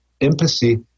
empathy